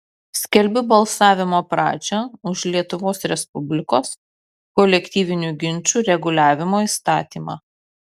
skelbiu balsavimo pradžią už lietuvos respublikos kolektyvinių ginčų reguliavimo įstatymą